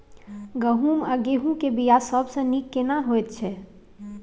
गहूम या गेहूं के बिया सबसे नीक केना होयत छै?